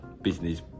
business